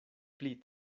pli